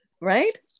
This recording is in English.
Right